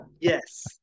yes